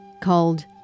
called